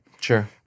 Sure